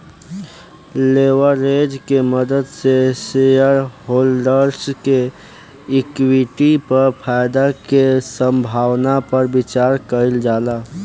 leverage के मदद से शेयरहोल्डर्स के इक्विटी पर फायदा के संभावना पर विचार कइल जाला